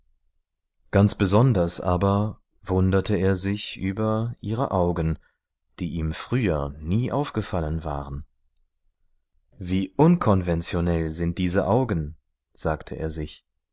ganz besonders aber wunderte er sich über ihre augen die ihm früher nie aufgefallen waren wie unkonventionell sind diese augen sagte er sich